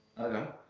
Okay